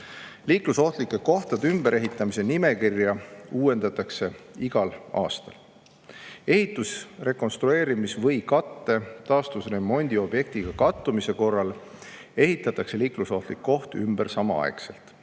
Liiklusohtlike kohtade ümberehitamise nimekirja uuendatakse igal aastal. Ehitus‑, rekonstrueerimis‑ või katte taastusremondi objektiga kattumise korral ehitatakse liiklusohtlik koht ümber samaaegselt.